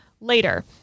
later